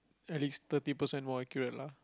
at least thirty percent more accurate lah